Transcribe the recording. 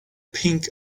pink